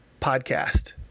podcast